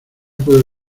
puedo